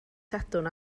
sadwrn